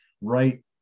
right